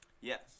Yes